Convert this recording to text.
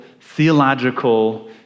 theological